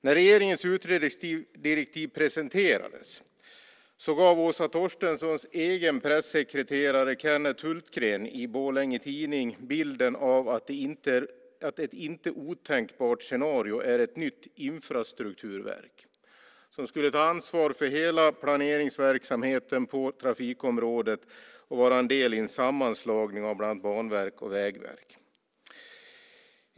När regeringens utredningsdirektiv presenterades gav Åsa Torstenssons egen pressekreterare Kennet Hultgren i Borlänge Tidning bilden av att ett inte otänkbart scenario är ett nytt infrastrukturverk som skulle ta ansvar för hela planeringsverksamheten på trafikområdet och vara en del i en sammanslagning av bland annat Banverket och Vägverket.